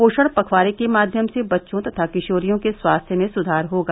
पोषण पखवारे के माध्यम से बच्चों तथा किशोरियों के स्वास्थ्य में सुधार होगा